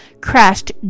crashed